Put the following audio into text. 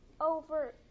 over